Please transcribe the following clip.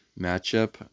matchup